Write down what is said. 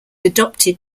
adopted